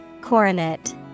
Coronet